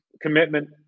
commitment